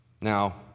Now